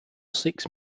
six